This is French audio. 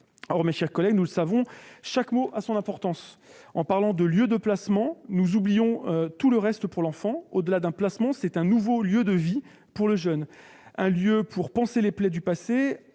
Mes chers collègues, les mots ont leur importance et, en parlant de lieu « de placement », nous oublions tout le reste pour l'enfant. Au-delà d'un placement, c'est un nouveau lieu de vie pour le jeune, un lieu pour panser les plaies du passé,